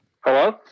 Hello